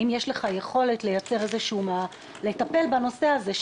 האם יש לך יכולת לטפל בנושא הזה?